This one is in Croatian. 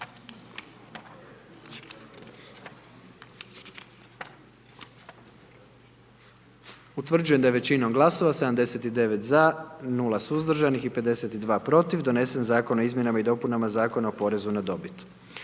Utvrđujem da je većinom glasova 81 za i 19 glasova protiv donesen Zakon o izmjenama i dopunama Zakona o zakupu